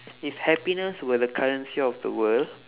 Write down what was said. if happiness were the currency of the world